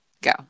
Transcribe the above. Go